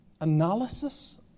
analysis